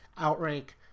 outrank